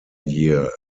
year